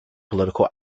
political